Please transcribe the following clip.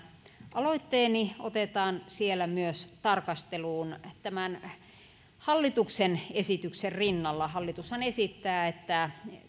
aloitteeni otetaan siellä myös tarkasteluun hallituksen esityksen rinnalla hallitushan esittää että